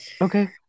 okay